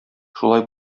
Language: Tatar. шулай